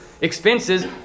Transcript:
expenses